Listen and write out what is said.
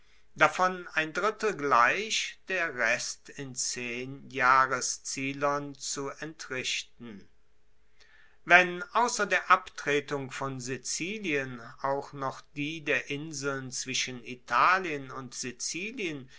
davon ein drittel gleich der rest in zehn jahreszielern zu entrichten wenn ausser der abtretung von sizilien auch noch die der inseln zwischen italien und sizilien